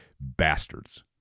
bastards